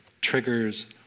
triggers